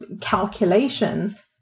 calculations